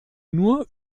nur